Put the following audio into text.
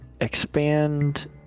expand